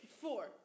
four